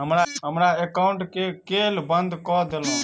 हमरा एकाउंट केँ केल बंद कऽ देलु?